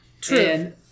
True